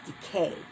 decay